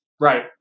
Right